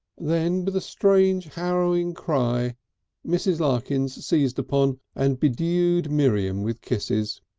then with a strange harrowing cry mrs. larkins seized upon and bedewed miriam with kisses,